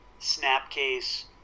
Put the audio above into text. Snapcase